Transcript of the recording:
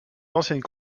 anciennes